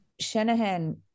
Shanahan